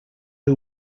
who